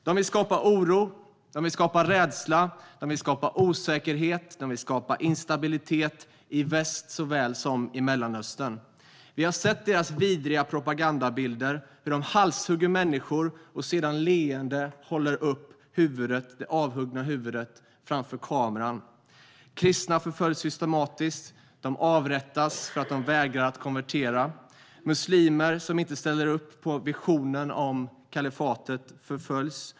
De vill skapa oro, de vill skapa rädsla, de vill skapa osäkerhet och instabilitet i väst såväl som i Mellanöstern. Vi har sett deras vidriga propagandabilder, hur de halshugger människor och sedan leende håller upp det avhuggna huvudet framför kameran. Kristna förföljs systematiskt och avrättas för att de vägrar att konvertera. Muslimer som inte ställer upp på visionen om kalifatet förföljs.